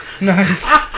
Nice